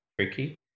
tricky